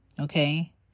Okay